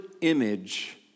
image